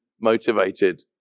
motivated